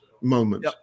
moment